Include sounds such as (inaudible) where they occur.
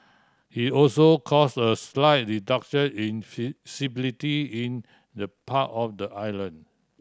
it also cause a slight reduction in (unintelligible) in the part of the island